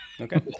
okay